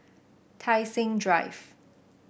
Tai Seng Drive